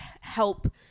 help